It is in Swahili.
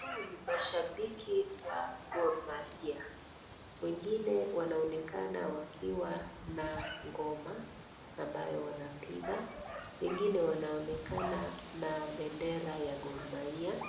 Hawa ni mashabiki wa Gor mahia, wengine wanaonekana wakiwa na ngoma ambayo wanapiga, wengine wanaonekana na bendera ya Gor mahia